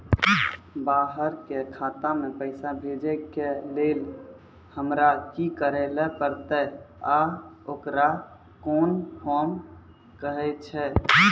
बाहर के खाता मे पैसा भेजै के लेल हमरा की करै ला परतै आ ओकरा कुन फॉर्म कहैय छै?